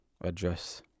address